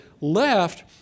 left